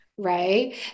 right